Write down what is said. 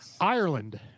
Ireland